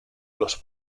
los